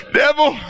devil